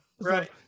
right